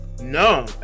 No